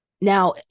Now